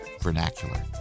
vernacular